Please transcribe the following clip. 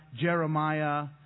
Jeremiah